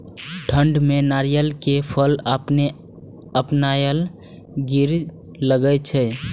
ठंड में नारियल के फल अपने अपनायल गिरे लगए छे?